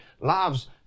lives